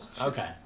Okay